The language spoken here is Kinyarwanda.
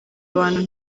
abantu